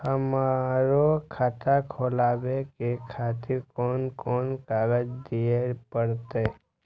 हमरो खाता खोलाबे के खातिर कोन कोन कागज दीये परतें?